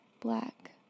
black